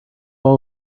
all